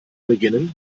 beginnen